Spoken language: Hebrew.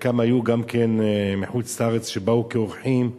וחלקם, שבאו כאורחים,